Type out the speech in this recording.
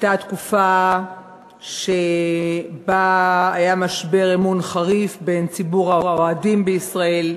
הייתה תקופה שבה היה משבר אמון חריף בין ציבור האוהדים בישראל,